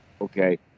Okay